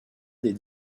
des